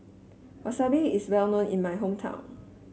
wasabi is well known in my hometown